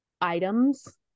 items